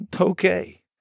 Okay